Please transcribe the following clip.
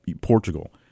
Portugal